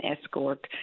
escort